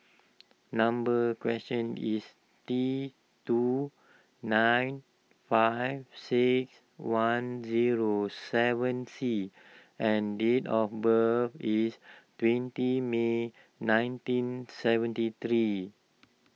number question is T two nine five six one zero seven C and date of birth is twenty May nineteen seventy three